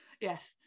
yes